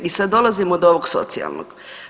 I sad dolazimo do ovog socijalnog.